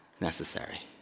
necessary